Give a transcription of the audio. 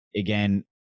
Again